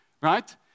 right